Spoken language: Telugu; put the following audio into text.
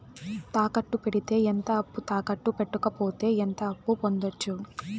తాకట్టు పెడితే ఎంత అప్పు, తాకట్టు పెట్టకపోతే ఎంత అప్పు పొందొచ్చు?